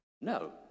No